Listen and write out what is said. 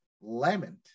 Lament